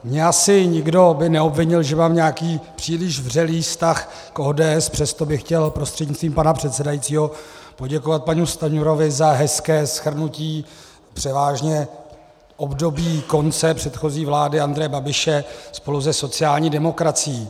Mě by asi nikdo neobvinil, že mám nějaký příliš vřelý vztah k ODS, přesto bych chtěl prostřednictvím pana předsedajícího poděkovat panu Stanjurovi za hezké shrnutí převážně období konce předchozí vlády Andreje Babiše spolu se sociální demokracií.